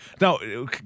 Now